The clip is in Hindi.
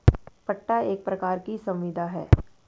पट्टा एक प्रकार की संविदा है